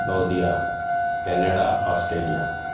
Saudi Canada Australia